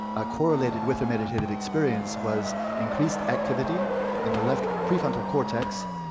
ah correlated with a meditative experience was increased activity in the left prefrontal cortex,